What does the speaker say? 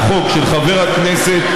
נצביע עליו בשבוע הראשון אחרי שנחזור לכנסת.